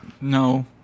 No